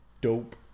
Dope